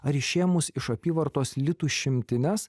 ar išėmus iš apyvartos litų šimtines